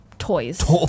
Toys